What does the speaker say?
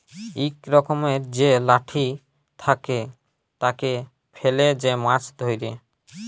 ইক রকমের যে লাঠি থাকে, তাকে ফেলে যে মাছ ধ্যরে